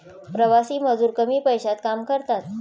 प्रवासी मजूर कमी पैशात काम करतात